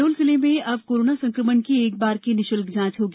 शहडोल जिले में अब कोरोना संक्रमण की एक बार की निःशुल्क जांच होगी